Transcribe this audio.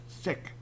sick